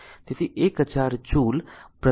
તેથી તે 8 103 છે